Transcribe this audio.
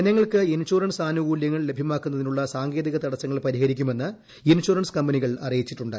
ജനങ്ങൾക്ക് ഇൻഷുറൻസ് ആനുകൂലൃങ്ങൾ ലഭ്യമാകുന്നതിനുള്ള സാങ്കേതിക തടസങ്ങൾ പരിഹരിക്കുമെന്ന് ഇൻഷുറൻസ് അറിയിച്ചിട്ടുണ്ട്